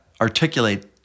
articulate